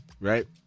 right